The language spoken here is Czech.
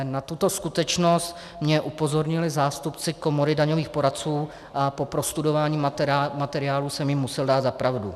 Na tuto skutečnost mě upozornili zástupci Komory daňových poradců a po prostudování materiálu jsem jim musel dát za pravdu.